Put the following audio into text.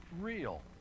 real